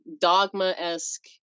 dogma-esque